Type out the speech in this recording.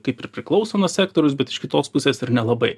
kaip ir priklauso nuo sektoriaus bet iš kitos pusės ir nelabai